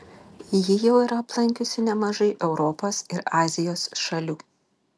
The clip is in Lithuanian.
ji jau yra aplankiusi nemažai europos ir azijos šalių